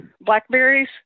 blackberries